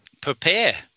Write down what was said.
prepare